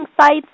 sites